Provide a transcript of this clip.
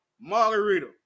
margarita